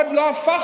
אני עוד לא הפכתי,